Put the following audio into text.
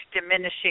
diminishing